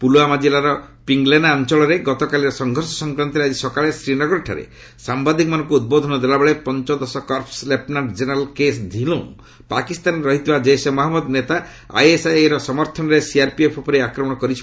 ପୁଲୁୱାମା ଜିଲ୍ଲାର ପିଙ୍ଗଲେନା ଅଞ୍ଚଳରେ ଗତକାଲିର ସଂଘର୍ଷ ସଂକ୍ରାନ୍ତରେ ଆଜି ସକାଳେ ଶ୍ରୀନଗରଠାରେ ସାମ୍ବାଦିକମାନଙ୍କୁ ଉଦ୍ବୋଧନ ଦେଲାବେଳେ ପଞ୍ଚଦଶ corps lieutenant general KS Dhillon ପାକିସ୍ତାନରେ ରହୁଥିବା ଜୈସେ ମହମ୍ମଦ ନେତା ଆଇଏସ୍ଆଇର ସମର୍ଥନରେ ସିଆର୍ପିଏଫ୍ ଉପରେ ଏହି ଆକ୍ରମଣ କରିଛି